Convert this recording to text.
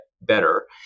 better